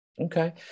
Okay